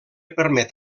permet